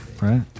right